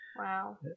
Wow